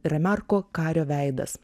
remarko kario veidas